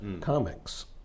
comics